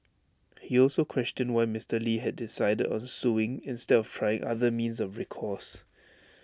he also questioned why Mister lee had decided on suing instead of trying other means of recourse